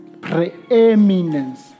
preeminence